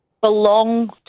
belong